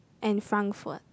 and Frankfurt